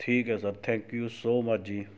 ਠੀਕ ਹੈ sir thank you so much ਜੀ